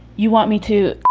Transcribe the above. you want me to.